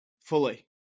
Fully